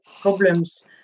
problems